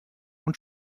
und